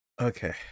okay